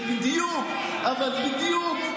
זה בדיוק, אבל בדיוק,